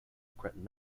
regret